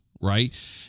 right